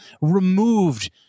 removed